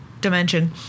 dimension